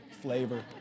flavor